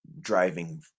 driving